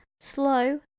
slow